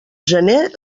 gener